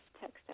text